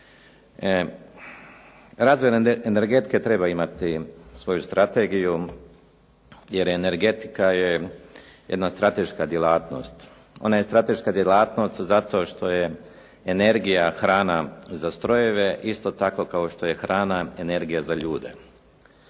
Razvoj energetike treba imati svoju strategiju jer energetika je jedna strateška djelatnost. Ona je strateška djelatnost zato što je energija hrana za strojeve, isto tako kao što je hrana energija za ljude.